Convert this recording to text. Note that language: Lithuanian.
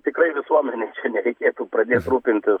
tikrai visuomenei nereikėtų pradėt rūpintis